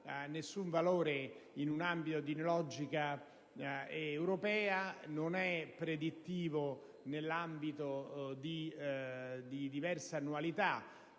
alcun valore nell'ambito di una logica europea e non è predittivo nell'ambito di diverse annualità,